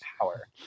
power